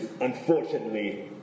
unfortunately